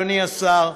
אדוני השר,